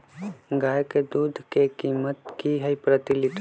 गाय के दूध के कीमत की हई प्रति लिटर?